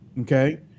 Okay